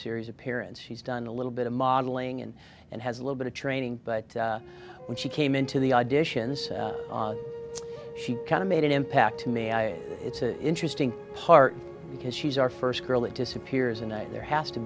series appearance she's done a little bit of modeling and and has a little bit of training but when she came into the auditions she kind of made an impact to me i it's interesting part because she's our first girl it disappears and there has to